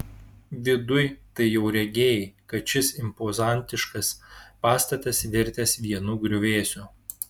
viduj tai jau regėjai kad šis impozantiškas pastatas virtęs vienu griuvėsiu